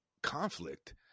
conflict